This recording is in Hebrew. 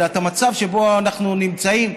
אלא את המצב שבו אנחנו נמצאים.